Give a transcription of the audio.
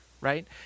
Right